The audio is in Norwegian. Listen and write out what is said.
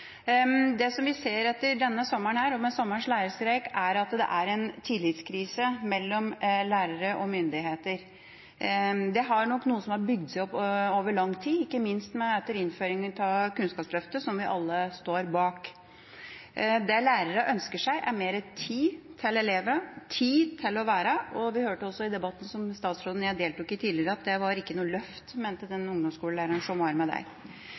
Det som vi ser etter denne sommeren – og med sommerens lærerstreik – er at det er en tillitskrise mellom lærere og myndigheter. Det er nok noe som har bygd seg opp over lang tid, ikke minst etter innføringa av Kunnskapsløftet, som vi alle står bak. Det lærerne ønsker seg, er mer tid til elevene, tid til å være lærer, og vi hørte også i den debatten som statsråden og jeg deltok i tidligere, at det var ikke noe løft – mente den ungdomsskolelæreren som var med